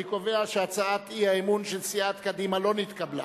אני קובע שהצעת האי-אמון של סיעת קדימה לא נתקבלה.